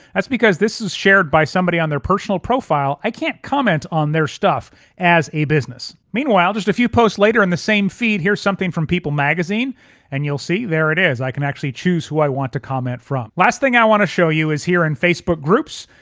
that's because this is shared by somebody on their personal profile. i can't comment on their stuff as a business. meanwhile just a few posts later in the same feed here's something from people magazine and you'll see there it is i can actually choose who i want to comment from. last thing i want to show you is here in facebook groups.